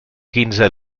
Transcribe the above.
quinze